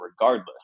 regardless